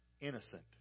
innocent